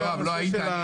יואב, לא היית.